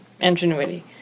ingenuity